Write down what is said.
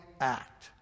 act